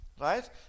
right